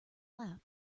lap